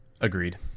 Agreed